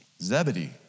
Zebedee